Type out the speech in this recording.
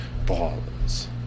Balls